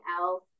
else